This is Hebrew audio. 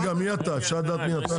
רגע, מי אתה, אפשר לדעת מי אתה?